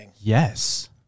yes